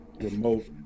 remote